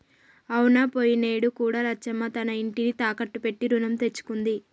అవునా పోయినేడు కూడా లచ్చమ్మ తన ఇంటిని తాకట్టు పెట్టి రుణం తెచ్చుకుంది